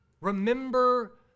remember